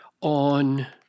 on